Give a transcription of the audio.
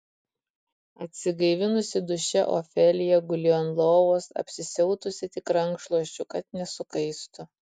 atsigaivinusi duše ofelija gulėjo ant lovos apsisiautusi tik rankšluosčiu kad nesukaistų